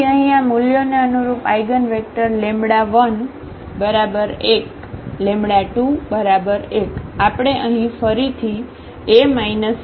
તેથી અહીં આ મૂલ્યોને અનુરૂપ આઇગનવેક્ટર1121 આપણે ફરીથી A λI